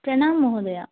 प्रणामः महोदया